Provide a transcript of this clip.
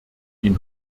ihn